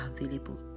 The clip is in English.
available